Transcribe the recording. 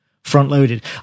Front-loaded